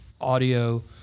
audio